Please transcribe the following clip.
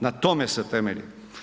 Na tome se temelji.